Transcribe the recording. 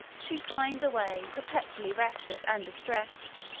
she pined away, perpetually restless and distressed.